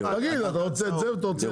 תגיד אם אתה רוצה את זה או את זה.